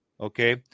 Okay